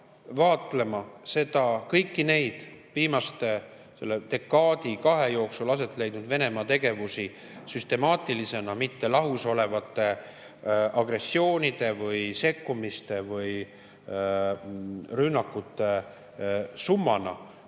vaatlema kõiki neid viimasel [ajal], dekaadi-kahe jooksul aset leidnud Venemaa tegevusi süstemaatilisena, mitte lahus olevate agressioonide või sekkumiste või rünnakute summana,